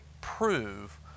prove